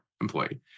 employee